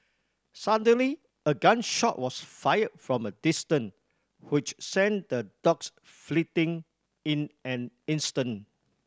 suddenly a gun shot was fired from a distant which sent the dogs fleeting in an instant